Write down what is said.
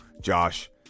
Josh